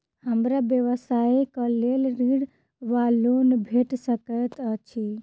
हमरा व्यवसाय कऽ लेल ऋण वा लोन भेट सकैत अछि?